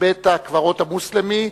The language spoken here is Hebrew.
בית-הקברות המוסלמי,